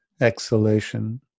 exhalation